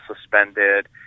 suspended